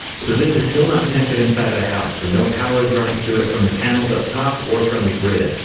so this is still not connected inside of the house. so no power is running to it from the panels up top or from the grid.